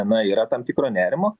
na yra tam tikro nerimo